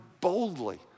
boldly